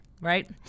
right